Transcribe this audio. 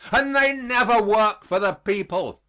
and they never work for the people.